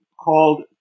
called